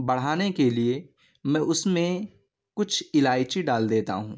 بڑھانے کے لیے میں اس میں کچھ الائچی ڈال دیتا ہوں